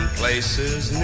places